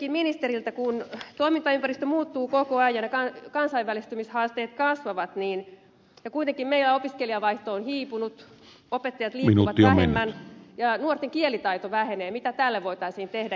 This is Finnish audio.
kysyisinkin ministeriltä kun toimintaympäristö muuttuu koko ajan ja kansainvälistymishaasteet kasvavat ja kuitenkin meidän opiskelijavaihto on hiipunut opettajat liikkuvat vähemmän ja nuorten kielitaito vähenee niin mitä tälle voitaisiin tehdä